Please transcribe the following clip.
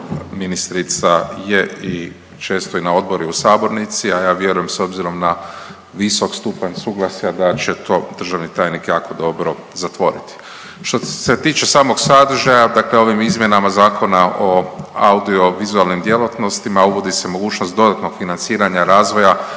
ministrica je često i na odboru i u sabornici, a vjerujem s obzirom na visok stupanj suglasja da će to državni tajnik jako dobro zatvoriti. Što se tiče samog sadržaja dakle ovim izmjenama Zakona o audiovizualnim djelatnostima uvodi se mogućnost dodatnog financiranja razvoja